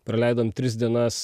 praleidom tris dienas